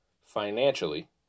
financially